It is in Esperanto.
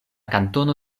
kantono